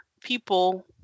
people